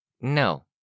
No